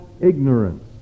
ignorance